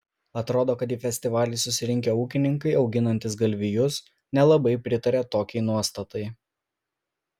atrodo kad į festivalį susirinkę ūkininkai auginantys galvijus nelabai pritaria tokiai nuostatai